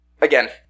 again